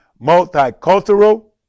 multicultural